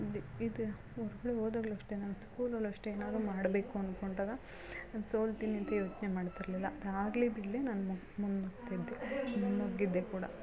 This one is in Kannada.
ಇದು ಮಕ್ಕಳು ಓದುವಾಗ್ಲೂ ಅಷ್ಟೇ ನ ಸ್ಕೂಲಲ್ಲೂ ಅಷ್ಟೇ ಏನಾದ್ರೂ ಮಾಡಬೇಕು ಅಂದ್ಕೊಂಡಾಗ ನಾನು ಸೋಲ್ತೀನಿ ಅಂತ ಯೋಚನೆ ಮಾಡ್ತಿರಲಿಲ್ಲ ಅದು ಆಗಲಿ ಬಿಡಲಿ ನಾನು ಮುಂದೆ ಹೋಗ್ತಿದ್ದೆ ಮುನ್ನುಗ್ಗಿದ್ದೆ ಕೂಡ